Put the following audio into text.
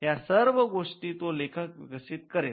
ह्या सर्व गोष्टी तो लेखक विकसित करेल